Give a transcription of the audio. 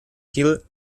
gil